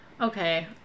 okay